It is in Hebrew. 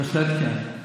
בהחלט כן.